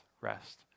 rest